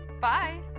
Bye